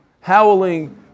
howling